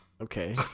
Okay